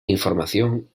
información